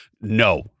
no